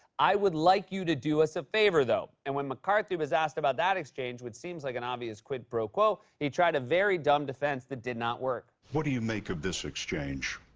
i would like you to do us a favor, though. and when mccarthy was asked about that exchange, which seems like an obvious quid pro quo, he tried a very dumb defense that did not work. what do you make of this exchange?